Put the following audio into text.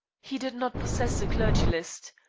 he did not possess a clergy list.